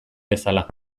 bezala